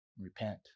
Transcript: Repent